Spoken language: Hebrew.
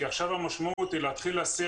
כי עכשיו המשמעות היא להתחיל להסיע